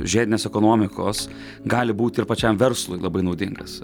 žiedinės ekonomikos gali būti ir pačiam verslui labai naudingas